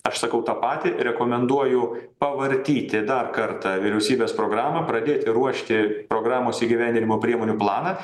aš sakau tą patį rekomenduoju pavartyti dar kartą vyriausybės programą pradėti ruošti programos įgyvendinimo priemonių planą